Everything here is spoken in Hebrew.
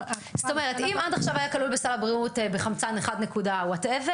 זאת אומרת: אם עד עכשיו היה כלול בסל הבריאות בחמצן בלחץ 1 נקודה משהו,